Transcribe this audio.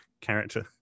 character